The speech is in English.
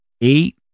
eight